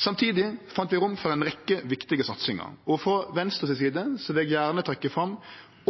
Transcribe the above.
Samtidig fann vi rom for ei rekkje viktige satsingar. Frå Venstres side vil eg gjerne trekkje fram